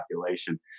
population